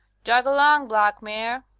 jog along, black mare.